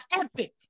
epic